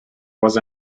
was